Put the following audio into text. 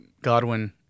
Godwin